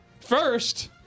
first